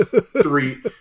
three